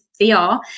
VR